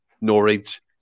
Norwich